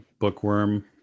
bookworm